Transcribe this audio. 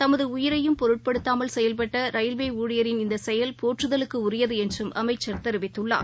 தமது உயிரையும் பொருட்படுத்தாமல் செயல்பட்ட ரயில்வே ஊழியரின் இந்த செயல் போற்றுதலுக்குரியது என்று அமைச்சர் தெரிவித்துள்ளார்